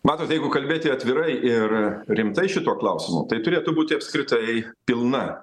matote jeigu kalbėti atvirai ir rimtai šituo klausimu tai turėtų būti apskritai pilna